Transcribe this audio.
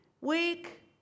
week